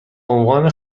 عنوان